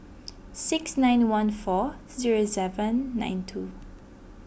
six nine one four zero seven nine two